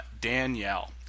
Danielle